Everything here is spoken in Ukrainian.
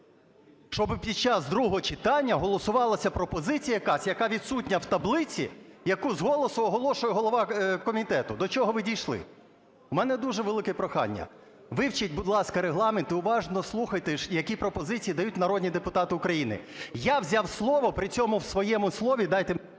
щоб під час другого читання голосувалась пропозиція якась, яка відсутня в таблиці, яку з голосу оголошує голова комітету. До чого ви дійшли? У мене дуже велике прохання: вивчіть, будь ласка, Регламент і уважно слухайте, які пропозиції дають народні депутати України. Я взяв слово, при чому в своєму слові… ГОЛОВУЮЧИЙ.